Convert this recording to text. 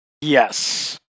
Yes